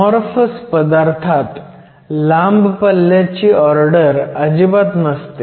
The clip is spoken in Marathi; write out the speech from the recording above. अमॉरफस पदार्थात लांब पल्ल्याची ऑर्डर अजिबात नसते